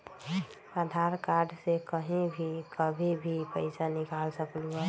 आधार card से कहीं भी कभी पईसा निकाल सकलहु ह?